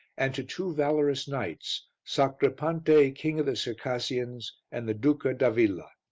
and to two valorous knights, sacripante, king of the circassians, and the duca d'avilla.